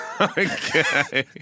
Okay